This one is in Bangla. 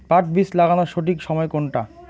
পাট বীজ লাগানোর সঠিক সময় কোনটা?